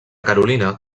carolina